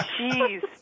Jeez